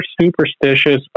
superstitious